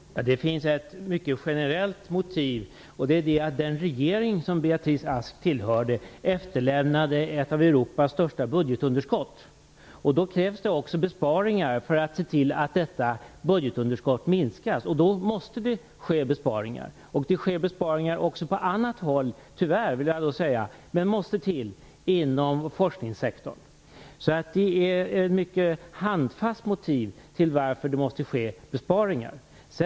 Fru talman! Det finns ett mycket generellt motiv, och det är att den regering som Beatrice Ask tillhörde efterlämnade ett av Europas största budgetunderskott. Då krävs det besparingar för att se till att detta budgetunderskott minskar. Då måste det göras besparingar också på annat håll - tyvärr, vill jag säga - än inom forskningssektorn. Det är ett mycket handfast motiv till att det måste ske besparingar.